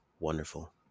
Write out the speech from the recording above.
wonderful